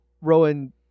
Rowan